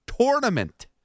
tournament